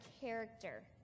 character